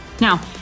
Now